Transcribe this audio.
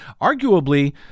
arguably